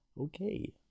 Okay